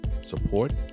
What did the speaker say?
support